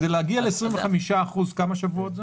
כדי להגיע ל-25%, כמה שבועות זה?